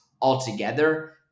altogether